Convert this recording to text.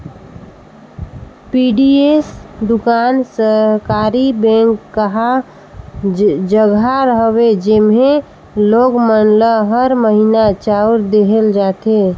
PDS दुकान सहकारी bank कहा जघा हवे जेम्हे लोग मन ल हर महिना चाँउर देहल जाथे